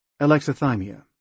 alexithymia